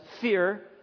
fear